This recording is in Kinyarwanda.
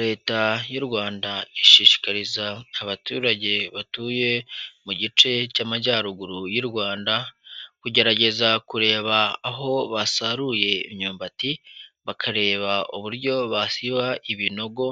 Leta y'u Rwanda ishishikariza abaturage batuye mu gice cy'amajyaruguru y'u Rwanda kugerageza kureba aho basaruye imyumbati, bakareba uburyo basiba ibinogo